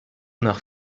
nach